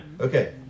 okay